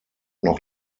noch